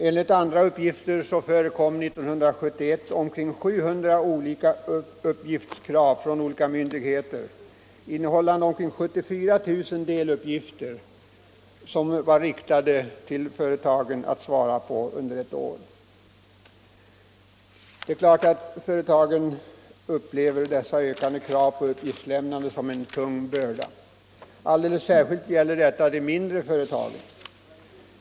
Enligt andra uppgifter förekom 1971 från olika myndigheter totalt omkring 700 olika uppgiftskrav. Sammanlagt skulle företagen under ett år lämna omkring 74 000 deluppgifter. Företagen upplever givetvis dessa ökande krav på uppgiftslämnande som en tung börda. Alldeles särskilt gäller detta de mindre företagen.